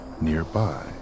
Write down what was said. nearby